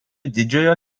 didžiojo